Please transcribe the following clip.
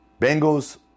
Bengals